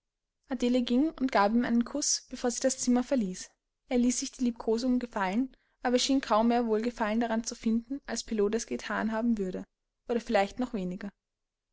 adele ging und gab ihm einen kuß bevor sie das zimmer verließ er ließ sich die liebkosung gefallen aber er schien kaum mehr wohlgefallen daran zu finden als pilot es gethan haben würde oder vielleicht noch weniger